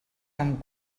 amb